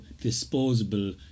disposable